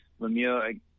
Lemieux